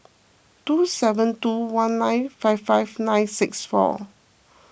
two seven two one nine five five nine six four